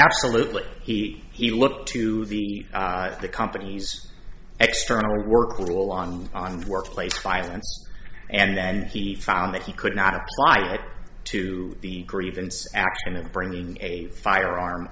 absolutely he he looked to the the company's extra work along on workplace violence and then he found that he could not apply to the grievance action of bringing a firearm